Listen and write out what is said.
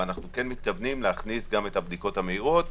אנחנו כן מתכוונים להכניס גם את הבדיקות המהירות.